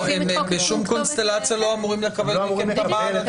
בשום קונסטלציה הם לא אמורים לקבל את המען הדיגיטלי.